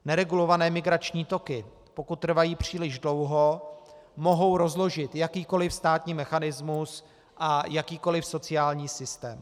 Neregulované migrační toky, pokud trvají příliš dlouho, mohou rozložit jakýkoli státní mechanismus a jakýkoli sociální systém.